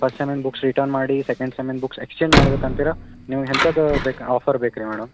first ಸೆಮ್ಮಿಂದು books return ಮಾಡಿ second ಸೆಮ್ಮಿಂದು ಬುಕ್ಸ್ ಎಕ್ಸ್ಚೇಂಜ್ ಮಾಡ್ಬೇಕು ಅಂತೀರ ನೀವು ಎಂಥದ್ದು ಬೇಕು ಆಫರ್ ಬೇಕು ರೀ ಮೇಡಮ್